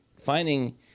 finding